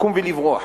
לקום ולברוח,